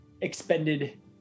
expended